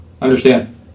understand